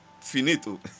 Finito